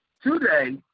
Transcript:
today